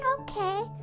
okay